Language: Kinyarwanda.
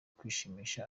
kwishimisha